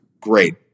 Great